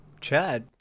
Chad